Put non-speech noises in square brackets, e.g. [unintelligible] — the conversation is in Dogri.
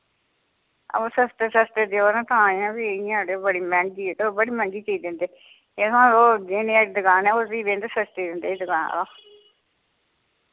हां अवा सस्ते सस्ते देओ ना तां ऐ फ्ही इ'यां अड़ेओ बड़ी मैंह्गी ते ओह् बड़ी मैंह्गी चीज दिंदे [unintelligible] दुकान ऐ ओह् फ्ही बिंद सस्ती दिंदे दकान आह्ला